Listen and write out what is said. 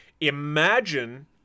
imagine